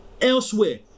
elsewhere